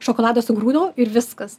šokoladą sugrūdau ir viskas